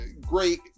great